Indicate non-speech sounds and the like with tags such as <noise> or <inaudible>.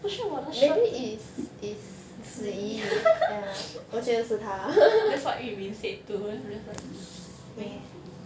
不是我的声音 zhi yi <laughs> that's what yu min said too then I was like mm maybe